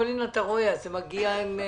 אבל אתה רואה זה מגיע עם פרוסות.